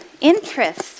interest